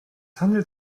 handelt